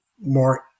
more